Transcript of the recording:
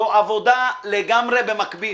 זו עבודה לגמרי במקביל.